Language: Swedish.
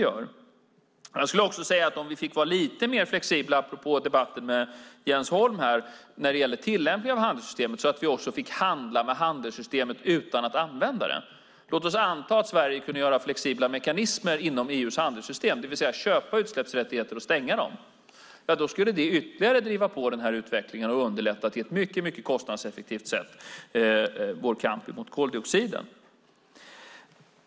Jag skulle vilja säga att det skulle underlätta om vi fick vara lite mer flexibla, apropå debatten med Jens Holm, när det gäller tillämpningen av handelssystemet så att vi fick handla med handelssystemet utan att använda det. Låt oss anta att Sverige kunde ha flexibla mekanismer inom EU:s handelssystem, det vill säga köpa utsläppsrättigheter och stänga dem. Det skulle ytterligare driva på utvecklingen och på ett mycket kostnadseffektivt sätt underlätta vår kamp mot koldioxiden.